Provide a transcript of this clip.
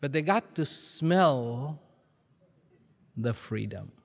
but they got to smell the freedom